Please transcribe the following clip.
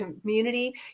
community